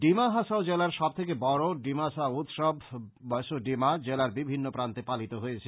ডিমা হাসাও জেলার সব থেকে বড় ডিমাসা উৎসব বসু ডিমা জেলার বিভিন্ন প্রান্তে পালিত হয়েছে